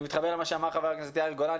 אני מתחבר למה שאמר חבר הכנסת יאיר גולן.